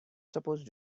supposed